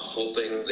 hoping